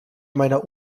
meiner